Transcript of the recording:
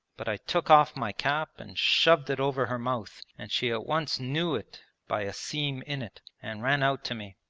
but i took off my cap and shoved it over her mouth and she at once knew it by a seam in it, and ran out to me.